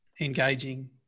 engaging